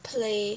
play